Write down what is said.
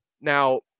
Now